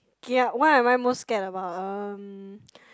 kia what am I most scared about um